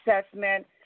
assessment